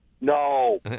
No